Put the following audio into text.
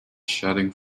shedding